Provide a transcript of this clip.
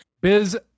biz